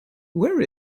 wear